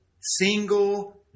single